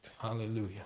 Hallelujah